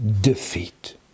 defeat